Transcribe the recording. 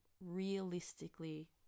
realistically